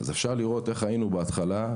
אפשר לראות איך היינו בהתחלה,